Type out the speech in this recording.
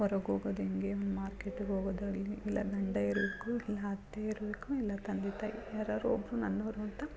ಹೊರಗೆ ಹೋಗೋದ್ ಹೆಂಗೆ ಮಾರ್ಕೆಟಿಗೆ ಹೋಗೋದಾಗ್ಲಿ ಇಲ್ಲ ಗಂಡ ಇರಬೇಕು ಇಲ್ಲ ಅತ್ತೆ ಇರಬೇಕು ಇಲ್ಲ ತಂದೆ ತಾಯಿ ಯಾರಾದ್ರೂ ಒಬ್ಬರು ನನ್ನೋವ್ರು ಅಂತ